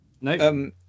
No